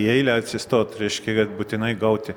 į eilę atsistot reiškia kad būtinai gauti